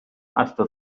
hasta